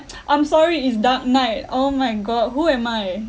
I'm sorry it's dark night oh my god who am I